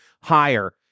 higher